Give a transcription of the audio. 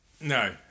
No